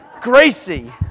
Gracie